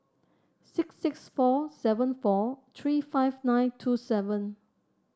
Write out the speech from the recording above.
six six four seven four three five nine two seven